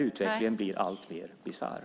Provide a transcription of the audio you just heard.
Utvecklingen blir alltmer bisarr.